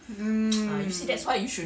mm